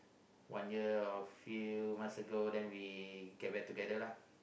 one year of hill master goal then we get back together lah